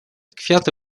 kwiaty